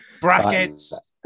brackets